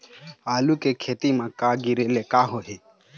आलू के खेती म करा गिरेले का होही?